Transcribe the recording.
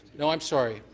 no, i'm sorry.